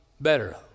better